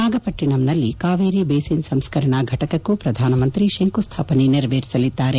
ನಾಗಪಟ್ಟಣಂನಲ್ಲಿ Kaveri basin ಸಂಸ್ಕರಣಾ ಫಟಕಕ್ಕೂ ಪ್ರಧಾನಮಂತ್ರಿ ಶಂಕುಸ್ಥಾಪನೆ ನೆರವೇರಿಸಲಿದ್ದಾರೆ